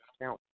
count